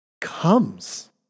comes